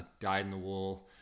dyed-in-the-wool